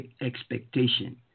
expectation